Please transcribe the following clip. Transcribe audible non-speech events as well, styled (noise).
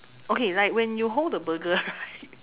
okay like when you hold the burger (laughs) right